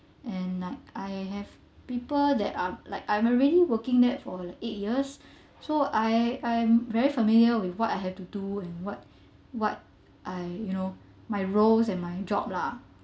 and like I have people that are like I'm uh really working there for eight years so I I'm very familiar with what I have to do and what what I you know my roles and my job lah